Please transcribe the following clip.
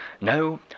no